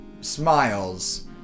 smiles